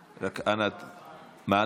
בבקשה, אדוני.